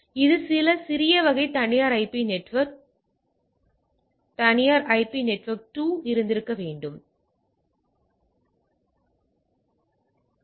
எனவே இது சில சிறிய வகை தனியார் ஐபி நெட்வொர்க் 1 தனியார் ஐபி நெட்வொர்க் 2 இருந்திருக்க வேண்டும் இதனால் அதை அணுக முடியும்